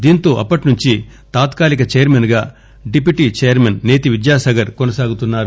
దీంతో అప్పటినుంచి తాత్కాలీక చైర్మన్ గా డిప్యూటీ చైర్మన్ నేతి విద్యాసాగర్ కొనసాగుతున్నారు